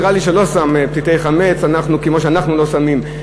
נראה לי שלא שם פתיתי חמץ כמו שאנחנו לא שמים,